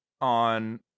on